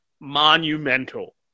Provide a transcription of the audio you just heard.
monumental